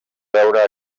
veure